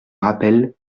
rappellent